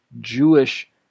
Jewish